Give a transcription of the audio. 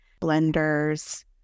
Blenders